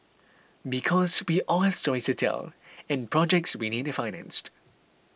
because we all have stories to tell and projects we need financed